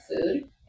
food